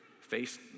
face